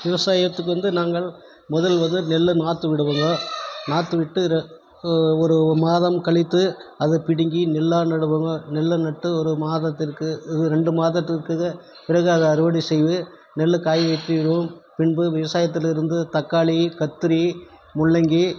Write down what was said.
விவசாயத்துக்கு வந்து நாங்கள் முதலில் வந்து நெல்லை நாற்று விடுவோங்க நாற்று விட்டு ர ஒரு மாதம் கழித்து அதை பிடுங்கி நெல்லாக நடுவோங்க நெல்லை நட்டு ஒரு மாதத்திற்கு ரெண்டு மாதத்திற்குங்க பிறகு அதை அறுவடை செய்து நெல்லை காய வைச்சுடுவோம் பின்பு விவசாயத்திலிருந்து தக்காளி கத்திரி முள்ளங்கி